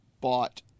bought